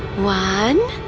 one.